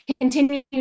continue